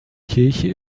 kirche